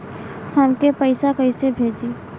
हमके पैसा कइसे भेजी?